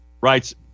writes